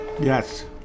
Yes